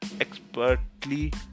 expertly